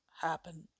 happen